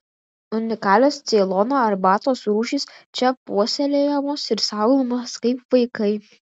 unikalios ceilono arbatos rūšys čia puoselėjamos ir saugomos kaip vaikai